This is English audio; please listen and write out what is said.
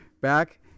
back